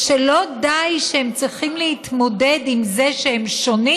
שלא די שהם צריכים להתמודד עם זה שהם שונים,